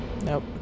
Nope